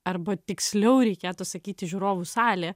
arba tiksliau reikėtų sakyti žiūrovų salė